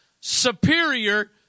superior